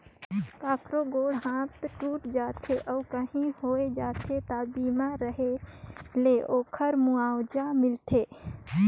कखरो गोड़ हाथ टूट जाथे अउ काही होय जाथे त बीमा रेहे ले ओखर मुआवजा मिलथे